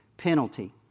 penalty